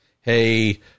Hey